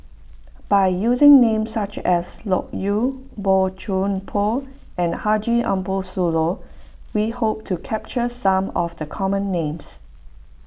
by using names such as Loke Yew Bo Chuan Poh and Haji Ambo Sooloh we hope to capture some of the common names